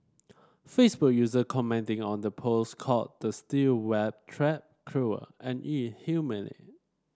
Facebook user commenting on the post called the steel wire trap cruel and inhumane